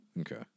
Okay